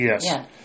Yes